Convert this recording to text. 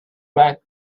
back